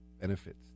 benefits